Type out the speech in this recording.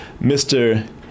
Mr